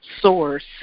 source